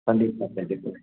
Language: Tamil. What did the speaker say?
கண்டிப்பாக கண்டிப்பாக